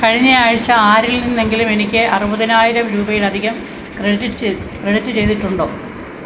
കഴിഞ്ഞ ആഴ്ച ആരിൽ നിന്നെങ്കിലും എനിക്ക് അറുപത്തിനായിരം രൂപയിലധികം ക്രെഡിറ്റ് ചെയ്തി ക്രെഡിറ്റ് ചെയ്തിട്ടുണ്ടോ